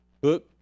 book